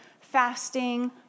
fasting